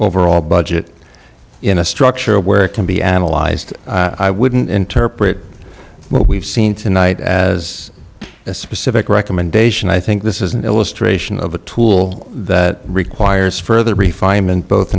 overall budget in a structure where it can be analyzed i wouldn't interpret what we've seen tonight as a specific recommendation i think this is an illustration of a tool that requires further